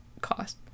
cost